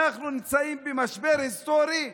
אנחנו נמצאים במשבר היסטורי,